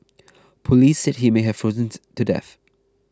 police said he may have to death